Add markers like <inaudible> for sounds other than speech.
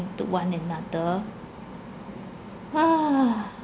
to one and another <noise>